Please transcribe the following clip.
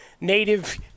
native